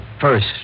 First